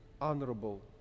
honorable